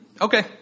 Okay